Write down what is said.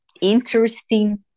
interesting